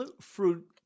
fruit